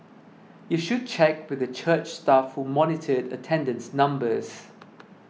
you should check with the church staff who monitored attendance numbers